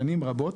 שנים רבות,